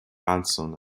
anson